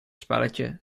spelletje